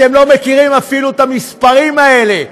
אתם לא מכירים אפילו את המספרים האלה.